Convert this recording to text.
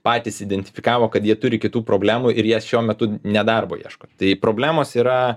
patys identifikavo kad jie turi kitų problemų ir jas šiuo metu ne darbo ieško tai problemos yra